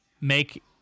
make